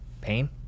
pain